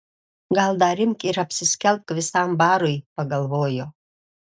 gal dar imk ir apsiskelbk visam barui pagalvojo